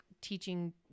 teaching